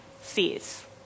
sees